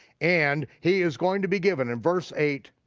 and he is going to be given in verse eight,